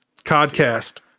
Codcast